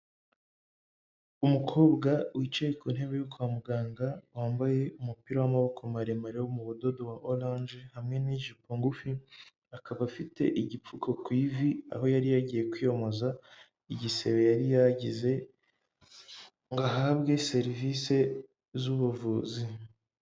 Umukobwa wicaye ku ntebe yo kwa muganga, wambaye umupira w'amaboko maremare w'umudodo wa oranje hamwe n'ijipo ngufi, akaba afite igipfuko ku ivi, aho yari yagiye kwiyomoza igisebe yari yagize, ngo ahabwe serivise z'ubuvuzi.